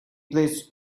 placed